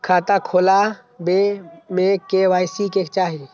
खाता खोला बे में के.वाई.सी के चाहि?